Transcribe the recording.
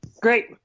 Great